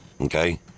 Okay